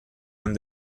han